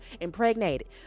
impregnated